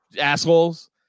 assholes